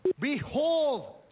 Behold